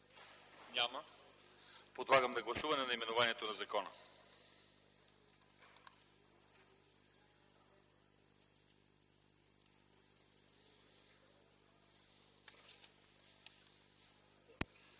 Няма. Подлагам на гласуване наименованието на закона.